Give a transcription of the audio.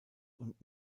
und